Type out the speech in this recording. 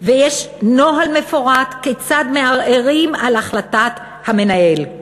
ויש נוהל מפורט כיצד מערערים על החלטת המנהל.